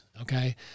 okay